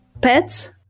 pets